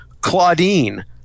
Claudine